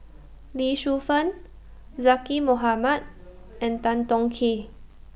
Lee Shu Fen Zaqy Mohamad and Tan Tong Hye